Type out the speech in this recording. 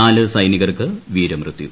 നാല് സൈനികർക്ക് വീരമൃത്യു